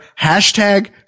Hashtag